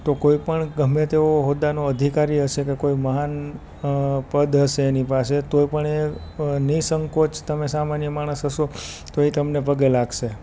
તો કોઈપણ ગમે તેવો હોદ્દાનો અધિકારી હશે કે કોઈ મહાન પદ હશે એની પાસે તોય પણ એ નિઃસંકોચ તમે સામાન્ય માણસ હશો તો એ તમને પગે લાગશે